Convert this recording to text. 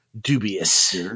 dubious